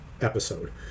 episode